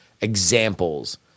examples